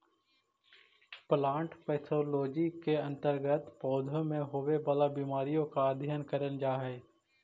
plant pathology के अंतर्गत पौधों में होवे वाला बीमारियों का अध्ययन करल जा हई